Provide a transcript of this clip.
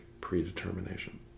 predetermination